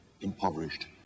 impoverished